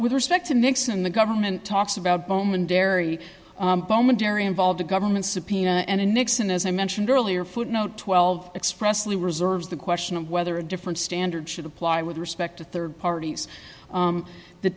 with respect to nixon the government talks about bowman dairy boman dairy involved a government subpoena and a nixon as i mentioned earlier footnote twelve expressly reserves the question of whether a different standard should apply with respect to rd parties